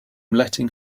letting